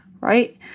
right